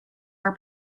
are